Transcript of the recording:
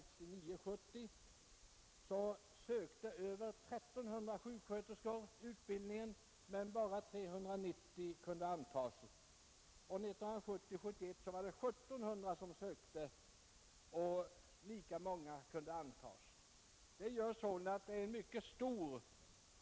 År 1969 71 var det 1 700 som sökte och även då 390 som kunde antagas.